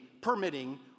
permitting